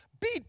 beat